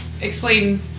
explain